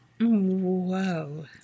whoa